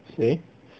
谁